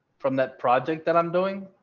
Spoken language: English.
from that project that i'm doing,